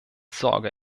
sorge